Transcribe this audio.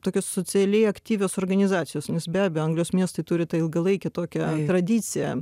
tokios socialiai aktyvios organizacijos nes be bejo anglijos miestai turi tą ilgalaikią tokią tradiciją